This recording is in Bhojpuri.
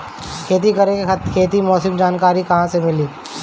खेती करे खातिर मौसम के जानकारी कहाँसे मिलेला?